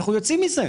אנחנו יוצאים מזה,